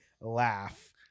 laugh